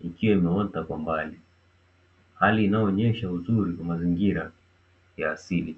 ikiwa imeota kwa mbali hali inayoonyesha uzuri wa mazingira ya asili.